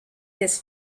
his